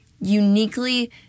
uniquely